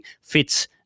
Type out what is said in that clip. fits